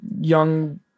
young